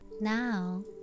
Now